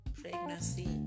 pregnancy